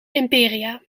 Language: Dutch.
imperia